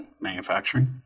Manufacturing